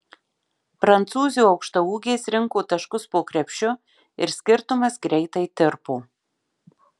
prancūzių aukštaūgės rinko taškus po krepšiu ir skirtumas greitai tirpo